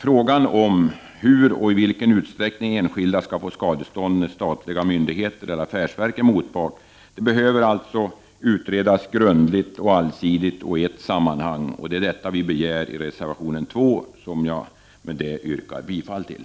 Frågan om hur och i vilken utsträckning enskilda skall få skadestånd när statliga myndigheter eller affärsverk är motpart behöver utredas grundligt och allsidigt samt i ett sammanhang. Det är vad vi begär i reservation 2, som jag med detta yrkar bifall till.